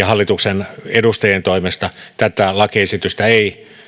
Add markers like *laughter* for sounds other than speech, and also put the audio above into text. *unintelligible* hallituksen edustajien toimesta tätä lakiesitystä